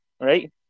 right